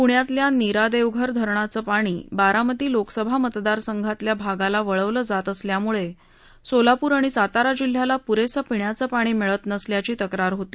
प्ण्यातल्या निरा देवघर धरणाचं पाणी बारामती लोकसभा मतदार संघातील भागाला वळवलं जात असल्यानं सोलापूर आणि सातारा जिल्ह्याला पुरेसं पिण्याचं पाणी मिळत नसल्याची तक्रार होती